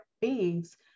beings